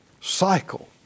cycle